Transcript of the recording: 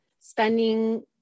spending